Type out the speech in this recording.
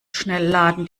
schnellladen